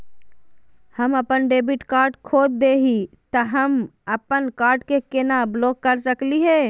हम अपन debit card खो दे ही, त हम अप्पन कार्ड के केना ब्लॉक कर सकली हे?